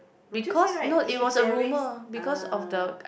we just say right if there is ah